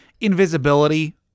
invisibility